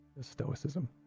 Stoicism